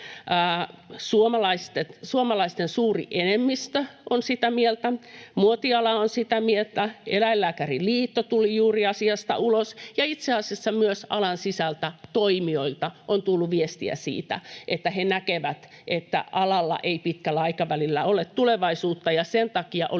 Suomalaisten suuri enemmistö on sitä mieltä, muotiala on sitä mieltä, Eläinlääkäriliitto tuli juuri asiasta ulos, ja itse asiassa myös alan sisältä toimijoilta on tullut viestiä siitä, että he näkevät, että alalla ei pitkällä aikavälillä ole tulevaisuutta. Sen takia olisi